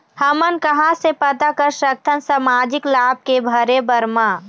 हमन कहां से पता कर सकथन सामाजिक लाभ के भरे बर मा?